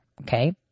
Okay